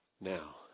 Now